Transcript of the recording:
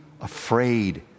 afraid